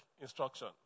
instruction